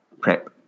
prep